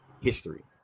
history